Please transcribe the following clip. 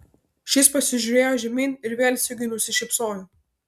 šis pasižiūrėjo žemyn ir vėl sigiui nusišypsojo